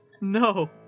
no